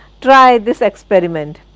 try this experiment,